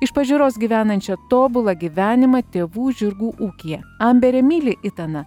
iš pažiūros gyvenančią tobulą gyvenimą tėvų žirgų ūkyje amberė myli itaną